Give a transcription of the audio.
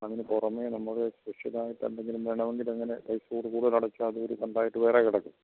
അതിനു പുറമേ നമ്മൾ സ്പെഷ്യലായിട്ടെന്തെങ്കിലും വേണമെങ്കിലങ്ങനെ പൈസയോടു കൂടിയതടച്ചാൽ അതൊരു ഫണ്ടായിട്ട് വേറേ കിടക്കും